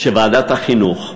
שוועדת החינוך,